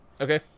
Okay